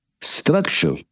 Structure